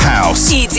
House